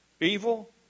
evil